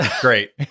Great